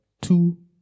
two